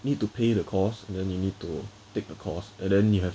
need to pay the costs and then you need to take the course and then you have